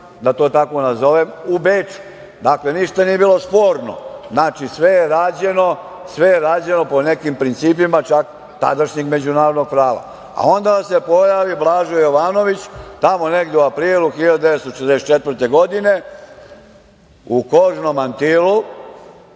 da to tako nazovem, u Beču. Dakle, ništa nije bilo sporno, sve je rađeno po nekim principima, čak tadašnjeg međunarodnog prava. Onda se pojavi Blažo Jovanović, tamo negde u aprilu 1944. godine u kožnom mantilu,